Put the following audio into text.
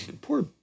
poor